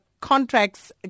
Contracts